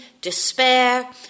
despair